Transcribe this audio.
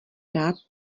rád